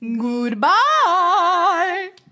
Goodbye